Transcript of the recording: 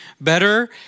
Better